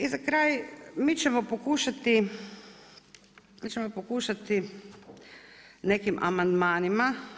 I za kraj mi ćemo pokušati nekim amandmanima.